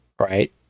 right